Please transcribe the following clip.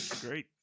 Great